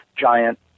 giant